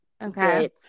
Okay